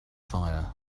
fire